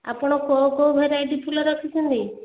ଆପଣ କେଉଁ କେଉଁ ଭେରାଇଟି ଫୁଲ ରଖିଛନ୍ତି